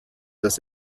das